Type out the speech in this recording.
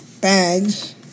bags